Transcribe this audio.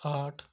आठ